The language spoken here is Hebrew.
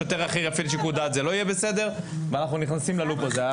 שוטר אחר יפעיל שיקול דעת ויגיד שזה לא בסדר ואנחוו נכנסים ל-לופ הזה.